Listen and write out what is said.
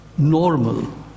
normal